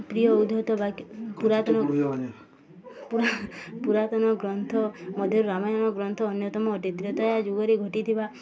ପ୍ରିୟ ଉଦ୍ଧୃତ ବାକ ପୁରାତନ ପୁରାତନ ଗ୍ରନ୍ଥ ମଧ୍ୟରୁ ରାମାୟଣ ଗ୍ରନ୍ଥ ଅନ୍ୟତମ ଅଟେ ତ୍ରେତୟା ଯୁଗରେ ଘଟିଥିବା